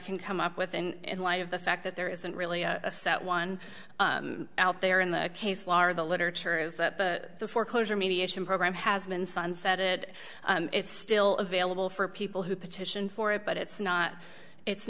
can come up with and light of the fact that there isn't really a set one out there in the case law or the literature is that the foreclosure mediation program has been sunset it it's still available for people who petition for it but it's not it's